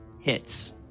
hits